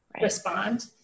respond